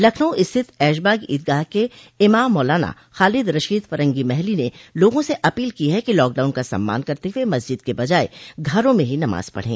लखनऊ स्थित ऐशबाग ईदगाह के इमाम मौलाना खालिद रशीद फरंगी महली ने लोगों से अपील की है कि लॉकडाउन का सम्मान करते हुए वे मस्जिद के बजाय घरों में ही नमाज पढ़े